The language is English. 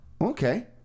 Okay